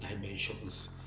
dimensions